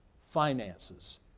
finances